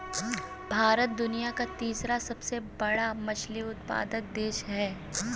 भारत दुनिया का तीसरा सबसे बड़ा मछली उत्पादक देश है